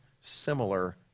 similar